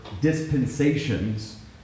dispensations